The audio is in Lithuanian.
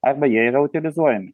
arba jie yra utilizuojami